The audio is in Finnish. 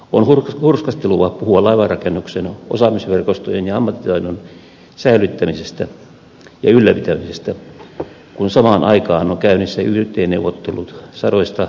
on hurskastelua puhua laivanrakennuksen osaamisverkostojen ja ammattitaidon säilyttämisestä ja ylläpitämisestä kun samaan aikaan on käynnissä yt neuvottelut sadoista lopputileistä